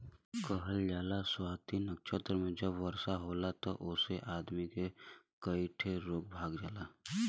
कहल जाला स्वाति नक्षत्र मे जब वर्षा होला तब ओसे आदमी के कई ठे रोग भाग जालन